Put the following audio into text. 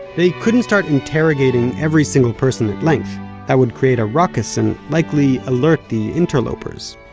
they couldn't start interrogating every single person at length that would create a ruckus and likely alert the interlopers.